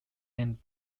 and